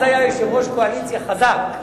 אז היה יושב-ראש קואליציה חזק,